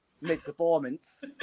mid-performance